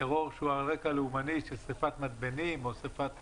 טרור שהוא על רקע לאומני של שריפת מתבנים או שריפת